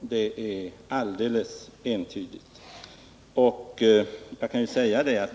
Det är alldeles entydigt.